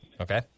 Okay